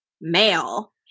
male